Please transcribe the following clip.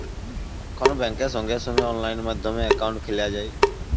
এখল ব্যাংকে সঙ্গে সঙ্গে অললাইন মাধ্যমে একাউন্ট খ্যলা যায়